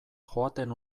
joaten